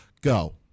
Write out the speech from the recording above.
Go